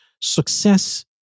Success